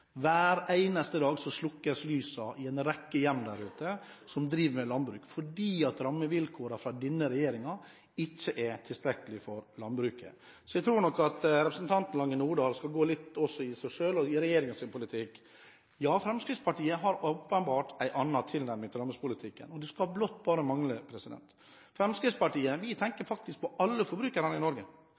Hver eneste dag slukkes lysene der ute i en rekke hjem som driver med landbruk, fordi rammevilkårene fra denne regjeringen ikke er tilstrekkelig for landbruket. Så jeg tror at representanten Lange Nordahl også skal gå i seg selv og i regjeringens politikk. Fremskrittspartiet har åpenbart en annen tilnærming til landbrukspolitikken. Det skulle blott bare mangle! Fremskrittspartiet tenker på alle forbrukerne i Norge.